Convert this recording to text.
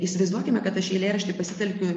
įsivaizduokime kad aš eilėraštyje pasitelkiu